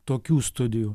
tokių studijų